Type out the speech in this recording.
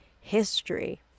history